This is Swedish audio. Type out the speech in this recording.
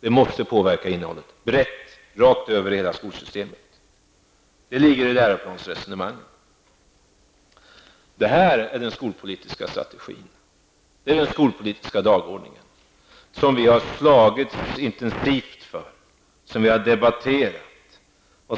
Det måste påverka innehållet, brett rakt över hela skolsystemet. Det ligger i läroplansresonemanget. Det här är den skolpolitiska strategin. Det är den skolpolitiska dagordningen som vi har slagits intensivt för. Vi har debatterat den.